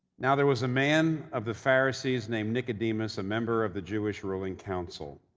now there was a man of the pharisees named nicodemus, a member of the jewish ruling council.